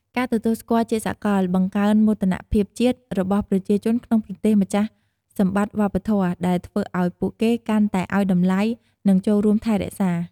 ការទទួលស្គាល់ជាសាកល បង្កើនមោទនភាពជាតិរបស់ប្រជាជនក្នុងប្រទេសម្ចាស់សម្បត្តិវប្បធម៌ ដែលធ្វើឱ្យពួកគេកាន់តែឱ្យតម្លៃ និងចូលរួមថែរក្សា។